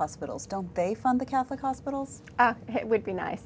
hospitals don't they fund the catholic hospitals would be nice